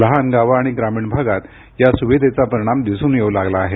लहान गावं आणि ग्रामीण भागात या सुविधेचा परिणाम दिसून येऊ लागला आहे